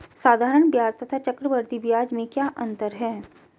साधारण ब्याज तथा चक्रवर्धी ब्याज में क्या अंतर है?